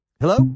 Hello